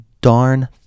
darn